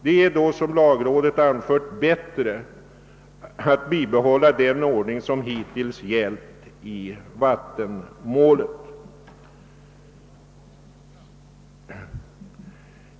Det är då, som lagrådet anfört, bättre att bibehålla den ordning som hittills gällt i vattenmål.